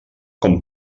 com